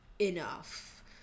enough